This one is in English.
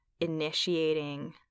initiating